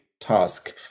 Task